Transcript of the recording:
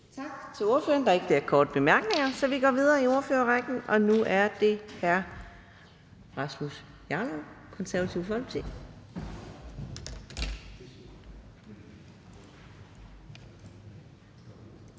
Tak til ordføreren. Der er ikke flere korte bemærkninger, så vi går videre i ordførerrækken til hr. Rasmus Jarlov, Det Konservative Folkeparti.